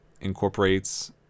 incorporates